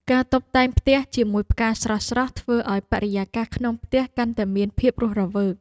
ការតុបតែងផ្ទះជាមួយផ្កាស្រស់ៗ ធ្វើឱ្យបរិយាកាសក្នុងផ្ទះកាន់តែមានភាពរស់រវើក។